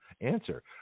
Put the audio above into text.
Answer